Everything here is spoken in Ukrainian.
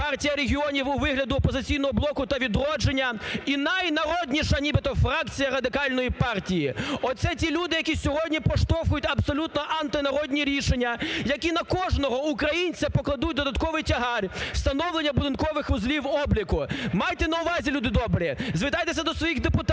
Партія регіонів у вигляді "Опозиційного блоку" та "Відродження" і найнародніша нібито фракція Радикальної партії, оце ті люди, які сьогодні проштовхують абсолютно антинародні рішення, які на кожного українця покладуть додатковий тягар – встановлення додаткових вузлів обліку. Майте на увазі, люди добрі, звертайтеся до своїх депутатів,